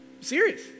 Serious